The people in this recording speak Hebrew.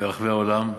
ברחבי העולם.